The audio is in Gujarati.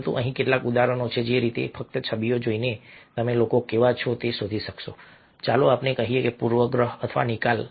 પરંતુ અહીં કેટલાક ઉદાહરણો છે કે જે રીતે ફક્ત છબીઓ જોઈને તમે લોકો કેવા છે તે શોધી શકશો ચાલો આપણે કહીએ કે પૂર્વગ્રહ અથવા નિકાલ